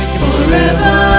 forever